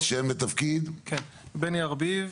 בני ארביב,